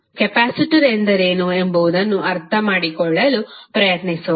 capacitor ಎಂದರೇನು ಎಂಬುದನ್ನು ಅರ್ಥಮಾಡಿಕೊಳ್ಳಲು ಪ್ರಯತ್ನಿಸೋಣ